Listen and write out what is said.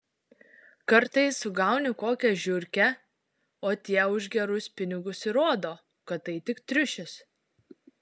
kartais sugauni kokią žiurkę o tie už gerus pinigus įrodo kad tai tik triušis